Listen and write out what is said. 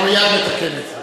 אנחנו מייד נתקן את זה,